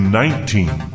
nineteen